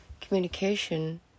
communication